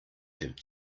have